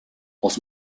els